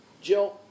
Jill